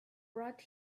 brought